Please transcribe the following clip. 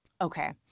Okay